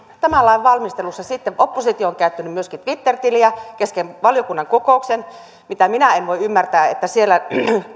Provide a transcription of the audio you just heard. tämän lain valmistelussa oppositio on käyttänyt myöskin twitter tiliä kesken valiokunnan kokouksen minä en voi ymmärtää että siellä